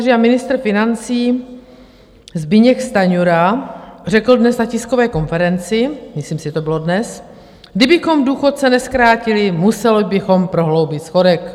A ministr financí Zbyněk Stanjura řekl dnes na tiskové konferenci, myslím si, že to bylo dnes: Kdybychom důchodce nezkrátili, museli bychom prohloubit schodek.